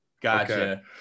gotcha